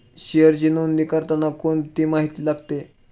शेअरची नोंदणी करताना कोणती माहिती लागते?